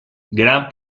gran